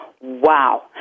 wow